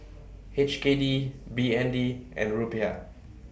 H K D B N D and Rupiah